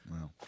Wow